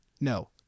No